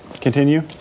continue